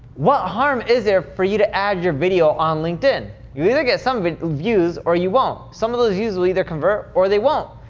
what harm is there for you to add your video on linked in? you either get some but views, or you won't. some of those views will either convert, or they won't.